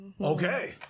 Okay